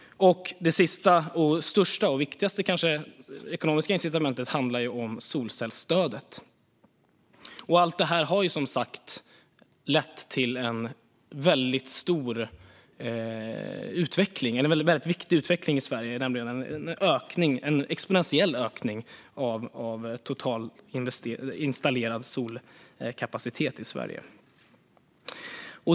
Det sista och kanske viktigaste ekonomiska incitamentet är solcellsstödet. Allt detta har som sagt lett till en väldigt viktig utveckling i Sverige, nämligen en exponentiell ökning av den totala installerade solkapaciteten i Sverige.